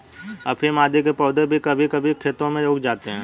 अफीम आदि के पौधे भी कभी कभी खेतों में उग जाते हैं